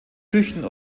küchen